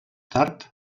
tard